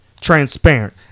transparent